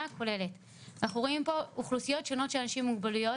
הכוללת אנחנו רואים פה אוכלוסיות שונות של אנשים עם מוגבלויות,